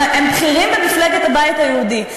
הם בכירים במפלגת הבית היהודי.